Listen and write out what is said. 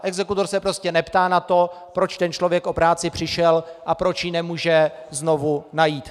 Exekutor se prostě neptá na to, proč ten člověk o práci přišel a proč ji nemůže znovu najít.